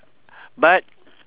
but